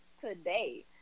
today